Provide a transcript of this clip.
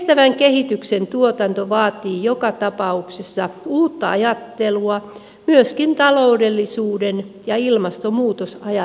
kestävän kehityksen tuotanto vaatii joka tapauksessa uutta ajattelua myöskin taloudellisuuden ja ilmastonmuutosajattelun osalta